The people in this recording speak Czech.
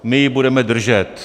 My ji budeme držet.